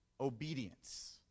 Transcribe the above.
obedience